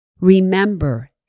Remember